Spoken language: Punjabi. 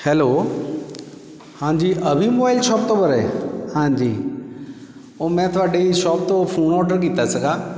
ਹੈਲੋ ਹਾਂਜੀ ਅਭੀ ਮੋਬਾਈਲ ਸ਼ੋਪ ਤੋਂ ਬੋਲ ਰਹੇ ਹਾਂਜੀ ਉਹ ਮੈਂ ਤੁਹਾਡੀ ਸ਼ੋਪ ਤੋਂ ਫ਼ੋਨ ਔਡਰ ਕੀਤਾ ਸੀਗਾ